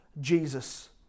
Jesus